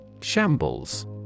Shambles